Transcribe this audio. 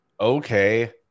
Okay